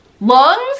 Lungs